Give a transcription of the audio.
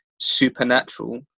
supernatural